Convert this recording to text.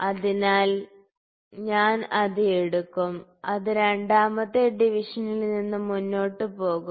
അതിനാൽ ഞാൻ അത് എടുക്കും അത് രണ്ടാമത്തെ ഡിവിഷനിൽ നിന്ന് മുന്നോട്ട് പോകും